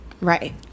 right